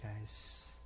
guys